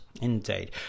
Indeed